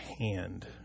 hand